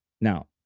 now